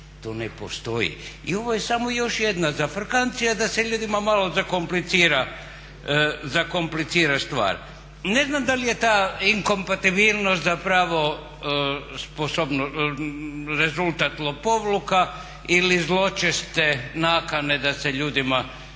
to ne postoji. I ovo je još samo jedna zafrkancija da se ljudima malo zakomplicira stvar. Ne znam da li je ta inkompatibilnost zapravo rezultat lopovluka ili zločeste nakane da se ljudima